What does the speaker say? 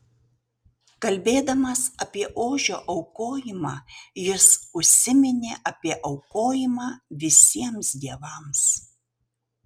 kalbėdamas apie ožio aukojimą jis užsiminė apie aukojimą visiems dievams